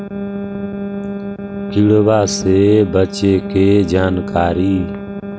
किड़बा से बचे के जानकारी?